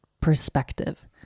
perspective